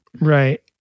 Right